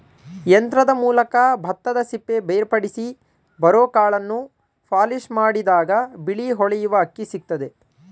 ಯಂತ್ರದ ಮೂಲಕ ಭತ್ತದಸಿಪ್ಪೆ ಬೇರ್ಪಡಿಸಿ ಬರೋಕಾಳನ್ನು ಪಾಲಿಷ್ಮಾಡಿದಾಗ ಬಿಳಿ ಹೊಳೆಯುವ ಅಕ್ಕಿ ಸಿಕ್ತದೆ